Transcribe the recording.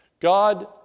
God